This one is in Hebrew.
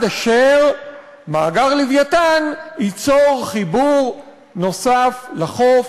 אשר ממאגר "לווייתן" ייצרו חיבור נוסף לחוף,